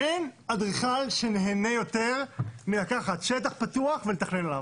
אין אדריכל שנהנה יותר מלקחת שטח פתוח ולתכנן עליו.